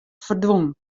ferdwûn